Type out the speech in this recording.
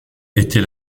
était